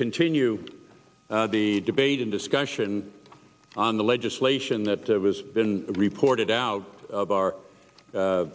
continue the debate and discussion on the legislation that has been reported out of our